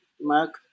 Mark